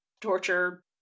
torture